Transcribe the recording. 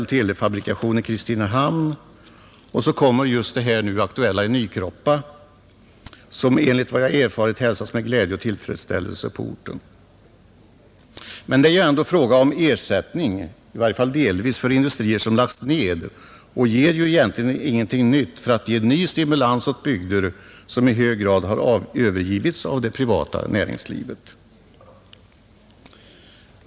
I Kristinehamn finns telefabrikation, och så tillkommer det nu aktuella i Nykroppa, som enligt vad jag erfarit hälsas med glädje och tillfredsställelse på orten. Men det är ju ändå fråga om ersättning, i varje fall delvis, för industrier som lagts ner och ger ju egentligen ingen ny stimulans åt bygder, som i hög grad har övergivits av det privata näringslivet.